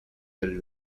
del